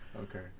Okay